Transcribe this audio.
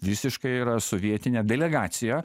visiškai yra sovietinę delegaciją